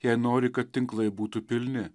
jei nori kad tinklai būtų pilni